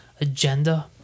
agenda